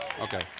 Okay